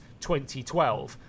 2012